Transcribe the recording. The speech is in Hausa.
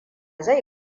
zai